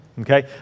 Okay